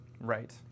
Right